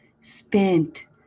spent